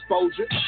exposure